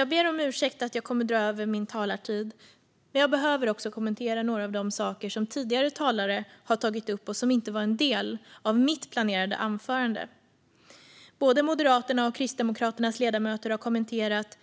Jag ber om ursäkt för att jag kommer att dra över min talartid, men jag behöver kommentera några av de saker som tidigare talare har tagit upp men som inte var en del av mitt planerade anförande. Både Moderaternas och Kristdemokraternas ledamöter har kommenterat